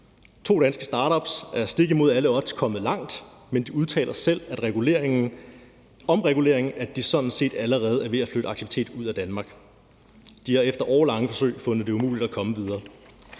To danske startups er stik imod alle odds kommet langt, men de udtaler selv om reguleringen, at de sådan set allerede er ved at flytte aktivitet ud af Danmark. De har efter årelange forsøg fundet det umuligt at komme videre.